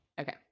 Okay